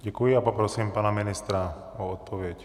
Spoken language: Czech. Děkuji a poprosím pana ministra o odpověď.